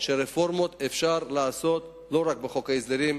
שרפורמות אפשר לעשות לא רק בחוק ההסדרים,